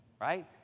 right